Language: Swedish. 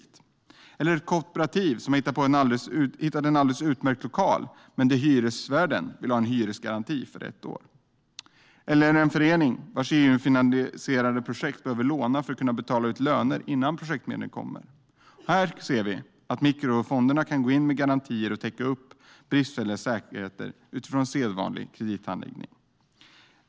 Det kan vara ett kooperativ som har hittat en alldeles utmärkt lokal, men hyresvärden vill ha en hyresgaranti för ett år. Det kan vara en förening som har EU-finansierade projekt och som behöver låna för att kunna betala ut löner innan projektmedlen kommer. Här ser vi att mikrofonderna kan gå in med garantier och täcka upp bristfälliga säkerheter utifrån sedvanlig kredithandläggning.